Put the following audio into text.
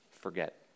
forget